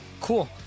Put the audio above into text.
Cool